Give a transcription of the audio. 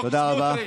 חוק סמוטריץ'.